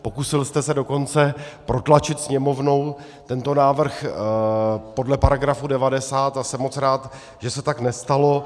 Pokusil jste se dokonce protlačit Sněmovnou tento návrh podle § 90 a jsem moc rád, že se tak nestalo.